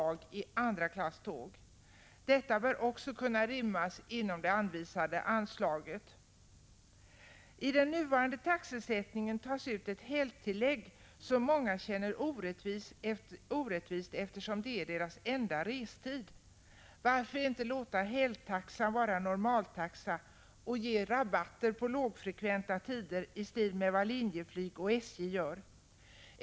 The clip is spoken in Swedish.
1985/86:159 motsvarande sträcka och veckodag i andraklasståg. Detta bör kunna rymmas I den nuvarande taxesättningen tas ut ett helgtillägg som många uppfattar som orättvist, eftersom helgerna är deras enda restid. Varför inte låta helgtaxan vara normaltaxa och ge rabatter på resor under lågfrekventa tider i stil med vad Linjeflyg och SJ gör?